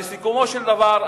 בסיכומו של דבר,